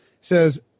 says